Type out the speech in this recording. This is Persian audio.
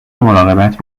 مراقبت